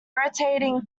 rotating